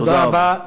תודה רבה.